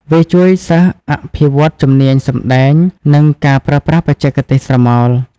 វាជួយសិស្សអភិវឌ្ឍជំនាញសម្តែង និងការប្រើប្រាស់បច្ចេកទេសស្រមោល។